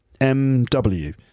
MW